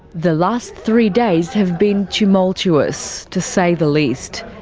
the last three days have been tumultuous, to say the least.